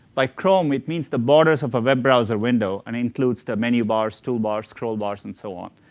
by chrome it means the borders of a web browser window and includes the menu bars, tool bars, scroll bars, and so on.